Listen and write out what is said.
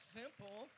simple